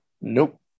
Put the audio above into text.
Nope